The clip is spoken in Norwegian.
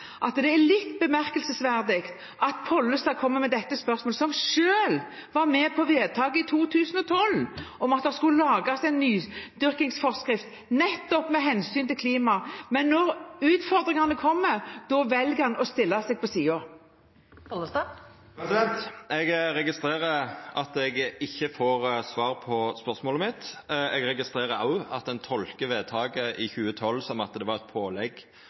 at det er litt bemerkelsesverdig at Pollestad kommer med dette spørsmålet. Han var selv med på vedtaket i 2012 om at det skulle lages en nydyrkingsforskrift nettopp med hensyn til klimaet, men når utfordringene kommer, velger han å stille seg på siden. Eg registrerer at eg ikkje får svar på spørsmålet mitt. Eg registrerer òg at ein tolkar vedtaket i 2012 som at det var eit pålegg